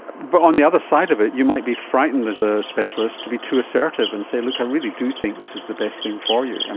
but on the other side of it you might be frightened as a specialist to be too assertive and say, look, i really do think this is the best thing for you. and